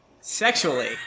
Sexually